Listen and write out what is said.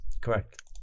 Correct